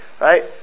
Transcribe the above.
right